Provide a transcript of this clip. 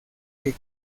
que